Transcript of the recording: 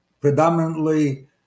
predominantly